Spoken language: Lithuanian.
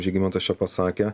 žygimantas čia pasakė